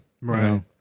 right